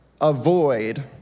avoid